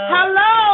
Hello